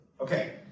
Okay